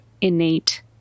innate